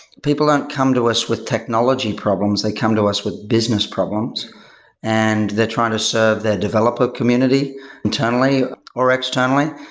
people don't come to us with technology problems. they come to us with business problems and they're trying to serve their developer community internally or externally.